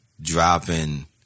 Dropping